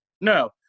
No